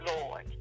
Lord